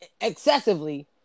excessively